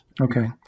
Okay